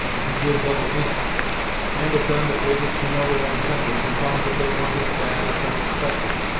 who did little in it and of them that waited to know their own tempers, and found that they weren't as bad as some expected,